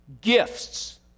gifts